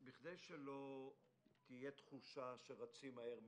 בכדי שלא תהיה תחושה שרצים מהר מדי,